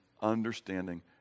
understanding